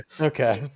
Okay